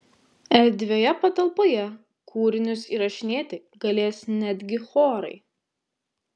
erdvioje patalpoje kūrinius įrašinėti galės netgi chorai